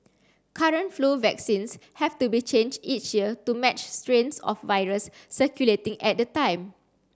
current flu vaccines have to be changed each year to match strains of virus circulating at the time